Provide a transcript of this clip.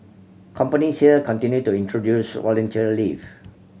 companies here continue to introduce volunteer leave